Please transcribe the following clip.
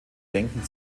denken